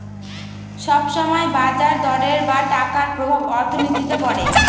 সব সময় বাজার দরের বা টাকার প্রভাব অর্থনীতিতে পড়ে